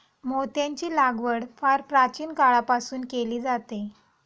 मोत्यांची लागवड फार प्राचीन काळापासून केली जाते